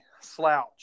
slouch